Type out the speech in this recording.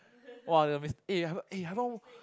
!wah! the miss eh haven't eh haven't